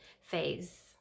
phase